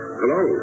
hello